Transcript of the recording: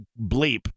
bleep